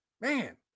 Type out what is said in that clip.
Man